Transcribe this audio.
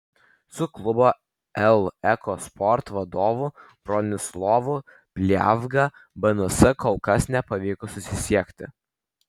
su klubo el eko sport vadovu bronislovu pliavga bns kol kas nepavyko susisiekti